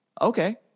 okay